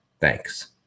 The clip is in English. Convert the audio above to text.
Thanks